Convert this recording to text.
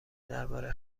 درباره